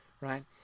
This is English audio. right